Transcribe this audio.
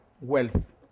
wealth